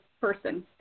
person